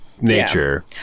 nature